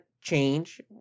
change